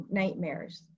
nightmares